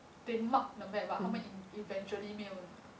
they mark the map but 他们 eventually 没有